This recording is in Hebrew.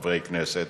חברי כנסת,